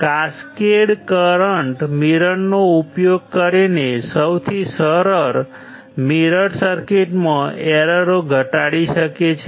cascade current મિરર્સનો ઉપયોગ કરીને સૌથી સરળ કરંટ મિરર સર્કિટમાં એરરો ઘટાડી શકાય છે